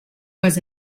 was